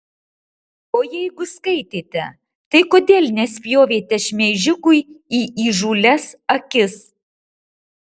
o jeigu skaitėte tai kodėl nespjovėte šmeižikui į įžūlias akis